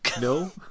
No